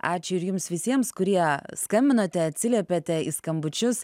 ačiū ir jums visiems kurie skambinote atsiliepėte į skambučius